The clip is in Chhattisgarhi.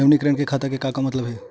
नवीनीकरण से खाता से का मतलब हे?